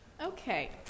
Okay